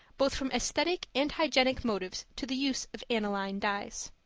both from aesthetic and hygienic motives, to the use of aniline dyes.